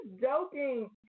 joking